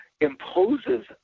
imposes